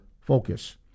focus